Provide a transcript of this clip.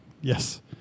yes